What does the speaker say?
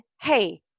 hey